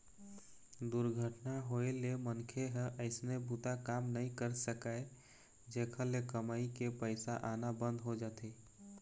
दुरघटना होए ले मनखे ह अइसने बूता काम नइ कर सकय, जेखर ले कमई के पइसा आना बंद हो जाथे